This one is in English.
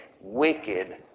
wicked